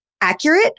accurate